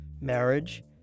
marriage